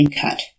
cut